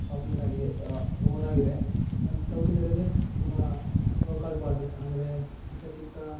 ಪಾಪುಲೇಟಾಗಿ ಓವರಾಗಿದೆ and south ಇಂಡಿಯಾದಲ್ಲಿ ಸ್ ತುಂಬ ಲೋಕಲ್ ಪಾಲಿಟಿಕ್ಸ್ ಅಂದರೆ ಚಿಕ್ಕ ಚಿಕ್ಕ